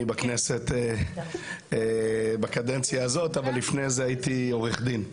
אני בכנסת בקדנציה הזאת אבל לפני כן הייתי עורך דין.